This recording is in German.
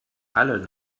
alle